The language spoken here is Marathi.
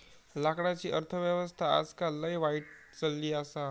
लाकडाची अर्थ व्यवस्था आजकाल लय वाईट चलली आसा